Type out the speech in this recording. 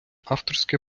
авторське